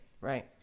Right